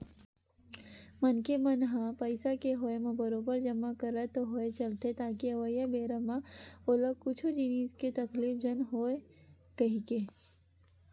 मनखे मन ह पइसा के होय म बरोबर जमा करत होय चलथे ताकि अवइया बेरा म ओला कुछु जिनिस के तकलीफ झन होवय कहिके